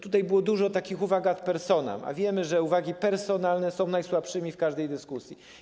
Tutaj było dużo takich uwag ad personam, a wiemy, że uwagi personalne są najsłabszymi w każdej dyskusji.